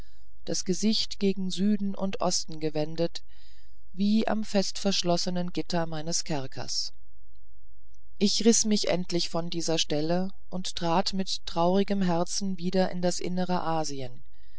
das gesicht gen süden und osten gewendet wie am fest verschlossenen gitter meines kerkers ich riß mich endlich von dieser stelle und trat mit traurigem herzen wieder in das innere asien